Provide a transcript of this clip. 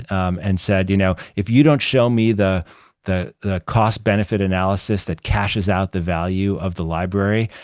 um and said, you know if you don't show me the the the cost-benefit analysis that cashes out the value of the library,